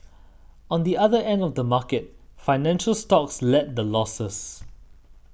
on the other end of the market financial stocks led the losses